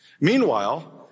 Meanwhile